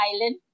island